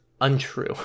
untrue